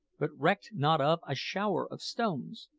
but recked not of, a shower of stones.